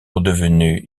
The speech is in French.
redevenue